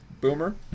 Boomer